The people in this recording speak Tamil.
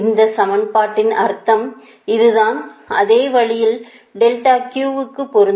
இந்த சமன்பாட்டின் அர்த்தம் இது தான் அதே வழியில் க்கும் பொருந்தும்